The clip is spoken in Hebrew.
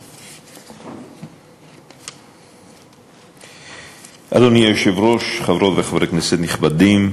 1 2. אדוני היושב-ראש, חברות וחברי כנסת נכבדים,